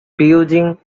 building